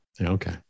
Okay